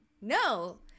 no